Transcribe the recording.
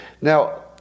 Now